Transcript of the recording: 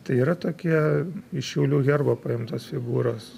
tai yra tokie iš šiaulių herbo paimtos figūros